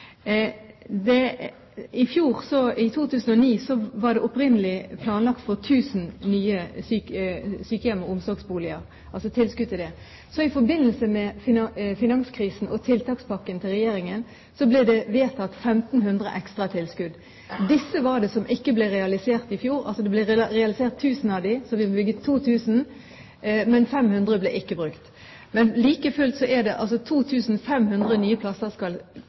I 2009 var det opprinnelig planlagt tilskudd til 1 000 nye sykehjemsplasser og omsorgsboliger. I forbindelse med finanskrisen og tiltakspakken til regjeringen ble det vedtatt tilskudd til 1 500 ekstra. Alle disse ble ikke realisert i fjor. 1 000 av dem ble realisert, så det ble bygget 2 000, men 500 ble ikke brukt. Like fullt er det 2 500 nye plasser som skal